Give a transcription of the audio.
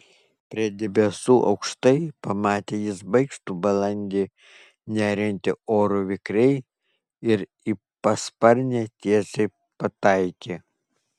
prie debesų aukštai pamatė jis baikštų balandį neriantį oru vikriai ir į pasparnę tiesiai pataikė